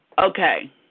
Okay